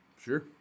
Sure